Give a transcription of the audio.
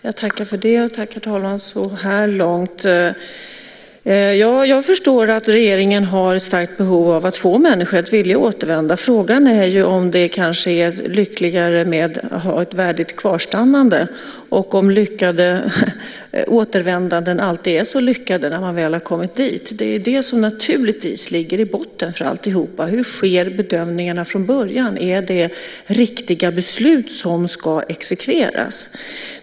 Herr talman! Jag tackar för det så här långt. Jag förstår att regeringen har ett starkt behov av att få människor att vilja återvända. Frågan är om det kanske är lyckligare att ha ett värdigt kvarstannande och om lyckade återvändanden alltid är så lyckade när man väl har kommit tillbaka. Det är naturligtvis det som ligger i botten för alltihop. Hur sker bedömningarna från början? Är det riktiga beslut som ska exekveras?